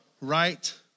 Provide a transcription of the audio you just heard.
right